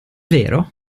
vero